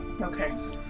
Okay